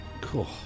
Cool